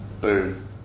Boom